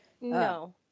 No